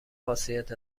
خاصیت